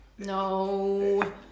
No